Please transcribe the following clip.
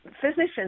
Physicians